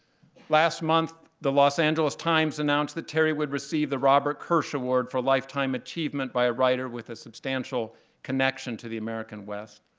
last month the los angeles times announced that terry would receive the robert kirsch award for lifetime achievement by a writer with a substantial connection to the american west.